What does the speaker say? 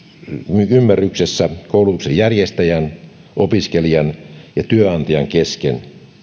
yhteisymmärryksessä koulutuksen järjestäjän opiskelijan ja työnantajan kesken